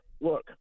look